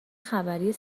خبری